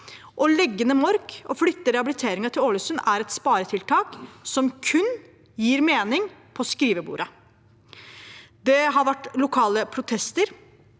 Å legge ned Mork og flytte rehabiliteringen til Ålesund er et sparetiltak som kun gir mening på skrivebordet. Det har vært lokale protester.